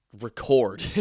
record